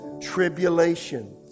tribulation